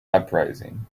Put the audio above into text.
uprising